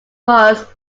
was